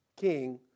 king